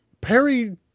Perry